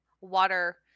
water